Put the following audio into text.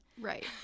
Right